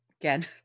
again